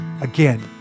Again